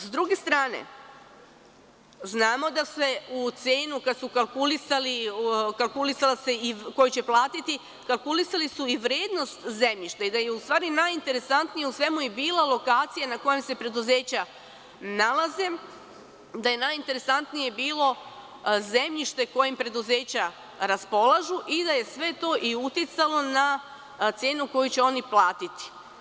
S druge strane, znamo da se u cenu kada se kalkulisalo ko će platiti, kalkulisali su i vrednost zemljišta i da je u stvari najinteresantnije u svemu i bila lokacija na kojima se preduzeća nalaze, da je najinteresantnije bilo zemljište kojim preduzeća raspolažu i da je sve to i uticalo na cenu koju će oni platiti.